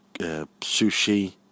sushi